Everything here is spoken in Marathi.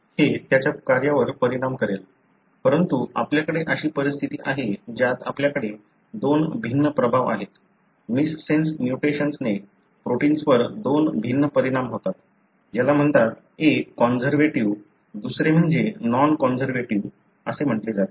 हे त्याच्या कार्यावर परिणाम करेल परंतु आपल्याकडे अशी परिस्थिती आहे ज्यात आपल्याकडे दोन भिन्न प्रभाव आहेत मिससेन्स म्युटेशन्सने प्रोटिन्सवर दोन भिन्न परिणाम होतात ज्याला म्हणतात एक कॉन्सर्व्हेटिव्ह दुसरे म्हणजे नॉन कॉन्सर्व्हेटिव्ह म्हटले जाते